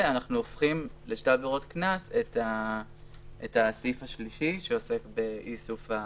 ואנחנו הופכים לשתי עבירות קנס את הסעיף השלישי שעוסק באיסוף הגללים.